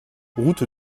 route